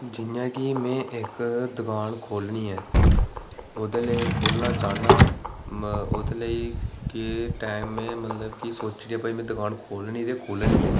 जि'यां कि में इक्क दकान खोह्लनी ऐ ओह्दे लेई खोह्लना चाह्न्नां लेई के टैम में मतलब कि सोचियै कि प्ही में दकान खोह्लनी ते खोल्लनी ऐ